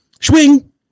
Swing